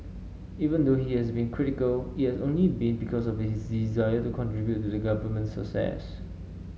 even though he has been critical it has only been because of his desire to contribute to the government's success